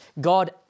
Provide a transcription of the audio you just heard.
God